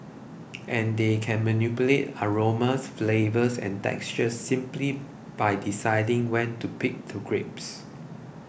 and they can manipulate aromas flavours and textures simply by deciding when to pick the grapes